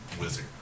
wizard